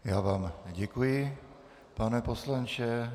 Já vám děkuji, pane poslanče.